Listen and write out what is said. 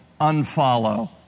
Unfollow